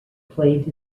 played